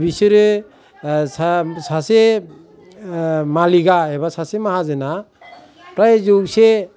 बिसोरो साब सासे मालिकआ एबा सासे माहाजोना फ्राय जौसे